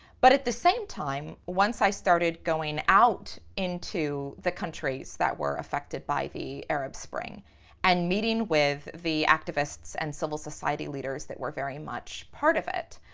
but at the same time, once i started going out into the countries that were affected by the arab spring and meeting with the activists and civil society leaders that were very much part of it,